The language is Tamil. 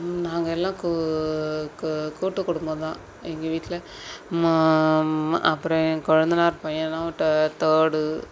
நாங்கள் எல்லாம் கூ கூ கூட்டு குடும்பம் தான் எங்கள் வீட்டில் மா மா அப்புறம் என் கொழுந்தனார் பையன்லாம் ட தேர்டு